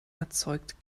erzeugt